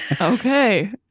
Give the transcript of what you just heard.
Okay